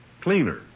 cleaner